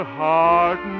heart